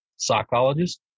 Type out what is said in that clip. Psychologist